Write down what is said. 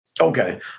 Okay